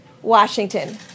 Washington